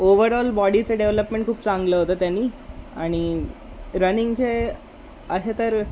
overall बॉडीचं development खूप चांगलं होतं त्याने आणि रनिंगचे असे तर